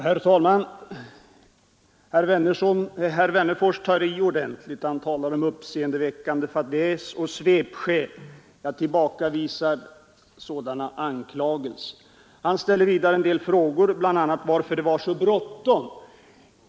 Herr talman! Herr Wennerfors tar i ordentligt. Han. talar om uppseendeväckande fadäs och svepskäl. Jag tillbakavisar sådana anklagelser. Han ställer vidare en del frågor, bl.a. varför det var så bråttom.